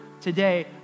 today